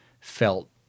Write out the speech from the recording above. felt